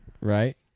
Right